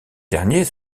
dernier